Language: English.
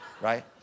right